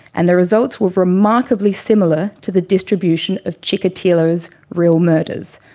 and, the results were remarkably similar to the distribution of chikatilo's real murders.